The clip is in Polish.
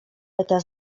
pyta